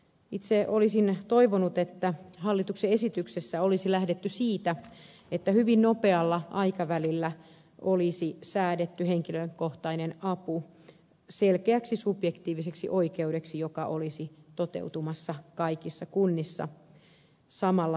itse olisin toivonut että hallituksen esityksessä olisi lähdetty siitä että hyvin nopealla aikavälillä olisi säädetty henkilökohtainen apu selkeäksi subjektiiviseksi oikeudeksi joka olisi toteutumassa kaikissa kunnissa samalla tavalla